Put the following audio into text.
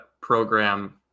program